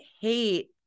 hate